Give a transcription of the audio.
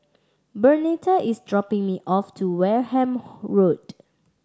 Bernetta is dropping me off to Wareham Road